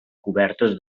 cobertes